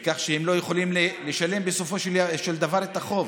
כך שהם לא יכולים לשלם בסופו של דבר את החוב.